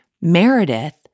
Meredith